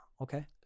okay